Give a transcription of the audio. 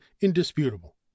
indisputable